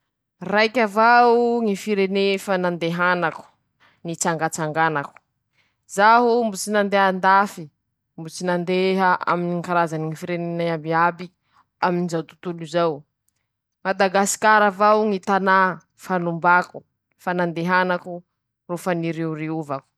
La bevata aminy ñy tanora tokoa ñy fianara aminy ñy verisite, ñ'antony: -Lafa i eñy, mitombo ñy fahaiza, noho ñy fahalalà anañany, manahaky anizay koa, lafa i eñy, mianatsy ñy fiaraha_mony, noho ñy fahaiza mifandray aminy ñ'olo; manahaky anizaoñy fivoara, lafa eñy i,mahita ñy fivoara noho ñy raha tokony ataony aminy ñy fiaiñany.